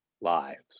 lives